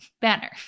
banner